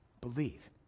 believe